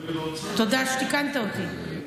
תודה שתיקנת אותי.